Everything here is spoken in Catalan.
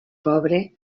pobre